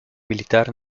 militar